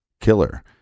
killer